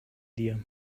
dir